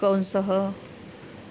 कंसः